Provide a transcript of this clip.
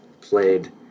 played